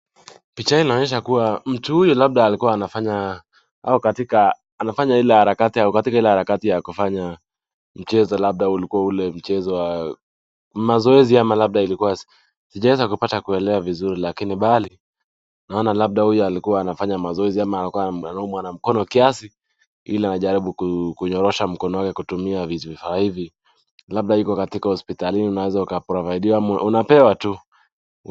Picha inaonyesha kuwa mtu huyu labda alikuwa anafanya au katika anafanya ile harakati au katika ile harakati ya kufanya mchezo labda ulikuwa ule mchezo wa mazoezi ama labda ilikuwa sijaweza kupata kuelewa vizuri lakini bali naona labda huyu alikuwa anafanya mazoezi ama alikuwa anaumwa na mkono kiasi ili anajaribu kunyorosha mkono wake kutumia vifaa hivi. Labda iko katika hospitalini unaweza ukaprovide ama unapewa tu.